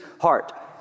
heart